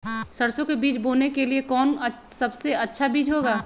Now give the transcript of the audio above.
सरसो के बीज बोने के लिए कौन सबसे अच्छा बीज होगा?